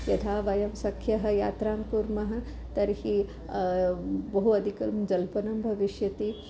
यथा वयं सख्यः यात्रां कुर्मः तर्हि बहु अधिकं जल्पनं भविष्यति